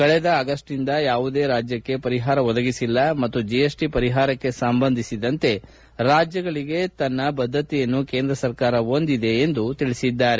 ಕಳೆದ ಆಗಸ್ಟ್ ನಿಂದ ಯಾವುದೇ ರಾಜ್ಯಕ್ಕೆ ಪರಿಹಾರ ಒದಗಿಸಿಲ್ಲ ಮತ್ತು ಜಿಎಸ್ ಟ ಪರಿಹಾರಕ್ಕೆ ಸಂಬಂಧಿಸಿದಂತೆ ರಾಜ್ಲಗಳಿಗೆ ತನ್ನ ಬದ್ದತೆಯನ್ನು ಕೇಂದ್ರ ಹೊಂದಿದೆ ಎಂದು ಅವರು ಹೇಳಿದ್ದಾರೆ